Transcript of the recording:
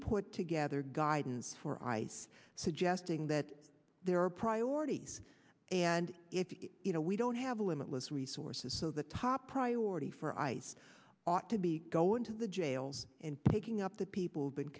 put together guidance for ice suggesting that there are priorities and you know we don't have limitless resources so the top priority for ice ought to be go into the jails and taking up the people